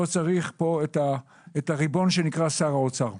כאן צריך את הריבון שנקרא שר האוצר.